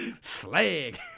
Slag